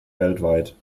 weltweit